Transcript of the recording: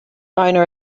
owner